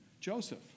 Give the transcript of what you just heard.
Joseph